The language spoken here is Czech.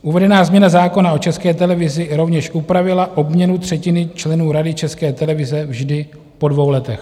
Uvedená změna zákona o České televizi rovněž upravila obměnu třetiny členů Rady České televize vždy po dvou letech.